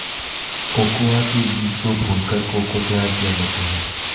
cocoa के बीज को भूनकर को को तैयार किया जाता है